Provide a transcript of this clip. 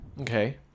Okay